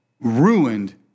ruined